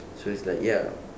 so it's like ya